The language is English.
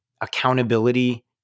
accountability